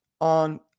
on